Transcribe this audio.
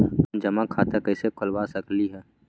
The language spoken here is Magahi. हम जमा खाता कइसे खुलवा सकली ह?